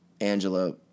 Angela